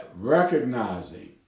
recognizing